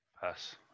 Pass